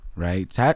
Right